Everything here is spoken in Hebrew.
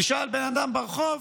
תשאל בן אדם ברחוב.